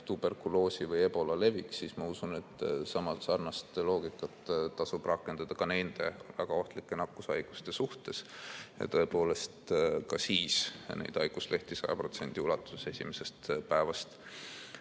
tuberkuloosi või Ebola levik, siis ma usun, et sarnast loogikat tasub rakendada ka nende väga ohtlike nakkushaiguste suhtes ja siis ka neid haiguslehti 100% ulatuses esimesest päevast